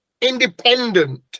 independent